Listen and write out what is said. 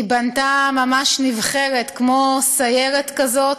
היא בנתה ממש נבחרת, כמו סיירת כזאת,